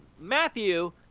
Matthew